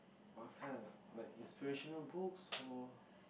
what kind like inspirational books or